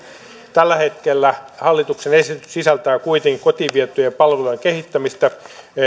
tällä hetkellä hallituksen esitys sisältää kuitenkin kotiin vietyjen palvelujen kehittämistä